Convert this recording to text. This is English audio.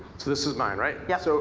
so this mine, right? yeah so